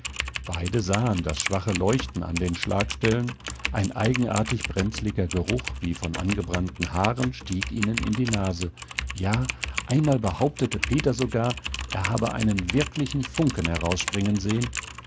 beide sahen das schwache leuchten an den schlagstellen ein eigenartig brenzliger geruch wie von angebrannten haaren stieg ihnen in die nase ja einmal behauptete peter sogar er habe einen wirklichen funken herausspringen sehen